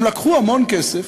הם לקחו המון כסף